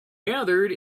gathered